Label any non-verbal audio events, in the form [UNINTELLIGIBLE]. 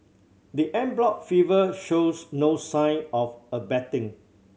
the en bloc [UNINTELLIGIBLE] shows no sign of abating